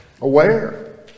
aware